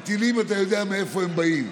כי טילים, אתה יודע מאיפה הם באים.